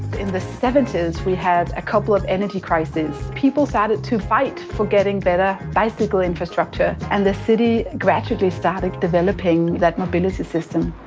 in the seventy s we had a couple of energy crises. people started to fight for getting better bicycle infrastructure and the city gradually started developing that mobility system.